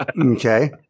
Okay